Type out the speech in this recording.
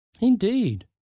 Indeed